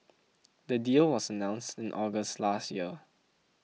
the deal was announced in August last year